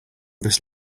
this